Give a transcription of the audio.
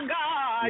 God